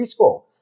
preschool